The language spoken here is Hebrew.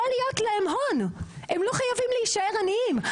יכול להיות להם הון, הם לא חייבים להישאר עניים.